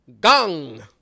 gong